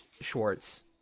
Schwartz